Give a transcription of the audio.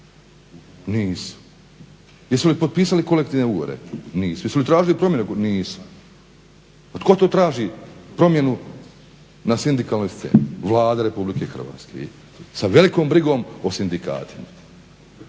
Nisu. Jesu li potpisali kolektivne ugovore? Nisu. Jesu li tražili promjene? Nisu. Pa tko to traži promjenu na sindikalnoj sceni? Vlada RH sa velikom brigom o sindikatima